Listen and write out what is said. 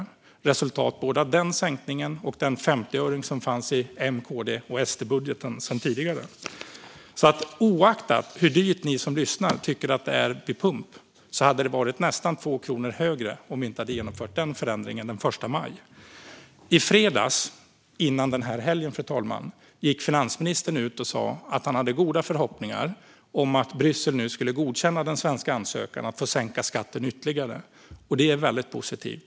Det var resultatet av den sänkningen och den 50öring som fanns i M-, KD och SD-budgeten sedan tidigare. Oavsett hur dyrt ni som lyssnar tycker att det är vid pump hade det varit nästan 2 kronor dyrare om vi inte hade genomfört den förändringen den 1 maj. I fredags gick finansministern ut och sa att han har goda förhoppningar om att Bryssel nu ska godkänna den svenska ansökan om att få sänka skatten ytterligare. Det är väldigt positivt.